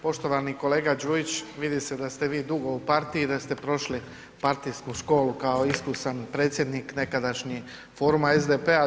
Poštovani kolega Đujić, vidi se da ste vi dugo u partiji, da ste prošli partijsku školu kao iskusan predsjednik nekadašnji foruma SDP-a.